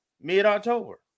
mid-october